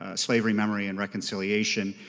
ah slavery memory and reconciliation.